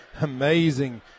amazing